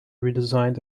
redesigned